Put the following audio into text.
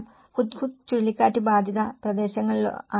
Hudhud ചുഴലിക്കാറ്റ് ബാധിത പ്രദേശങ്ങളിലാണിത്